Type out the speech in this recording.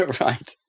right